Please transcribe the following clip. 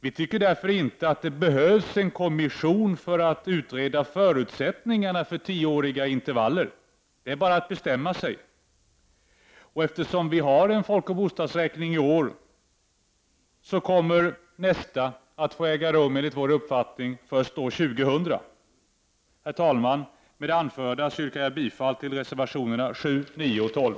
Vi tycker därför att det inte behövs en kommission för att utreda förutsättningarna för tioåriga intervaller. Det är bara att bestämma sig. Eftersom vi har en folkoch bostadsräkning i år kommer i så fall nästa att få äga rum, enligt vår uppfattning, år 2000. Herr talman! Med det anförda yrkar jag bifall till reservationerna 7, 9 och 12.